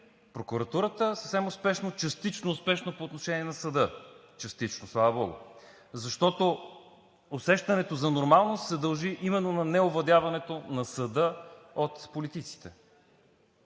прокуратурата съвсем успешно, частично успешно по отношение на съда. Частично, слава богу, защото усещането за нормалност се дължи именно на неовладяването на съда от политиците.